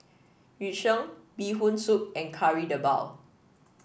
Yu Sheng Bee Hoon Soup and Kari Debal